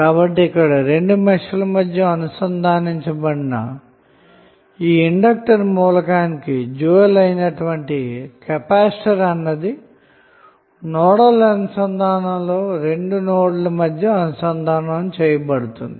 కాబట్టి ఇక్కడ రెండు మెష్ల మధ్య అనుసంధానించబడిన ఇండక్టర్ కి డ్యూయల్ అయినటువంటి కెపాసిటర్ అన్నది నోడల్ అనుసంధానం లో రెండు నోడ్ ల మధ్య అనుసంధానం చేయబడింది